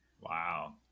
Wow